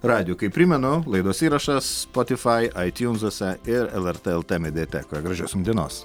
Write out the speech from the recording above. radiju kaip primenu laidos įrašas spotifai aitiunsuose ir lrt mediatekoje gražios jum dienos